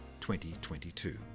2022